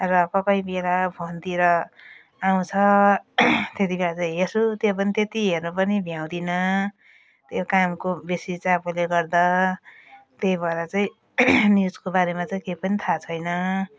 र कोही कोही बेला फोनतिर आउँछ त्यतिखेर चाहिँ हेर्छु त्यो पनि त्यति हेर्नु पनि भ्याउदिनँ त्यो कामको बेसी चापले गर्दा त्यही भएर चाहिँ न्युजको बारेमा त केही पनि थाह छैन